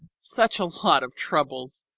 such a lot of troubles!